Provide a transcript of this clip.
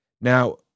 Now